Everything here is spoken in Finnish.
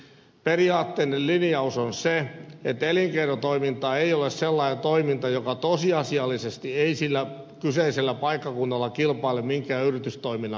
periaatteellinen linjaus on se että elinkeinotoiminta ei ole sellainen toiminta joka tosiasiallisesti ei sillä kyseisellä paikkakunnalla kilpaile minkään yritystoiminnan kanssa